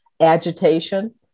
Agitation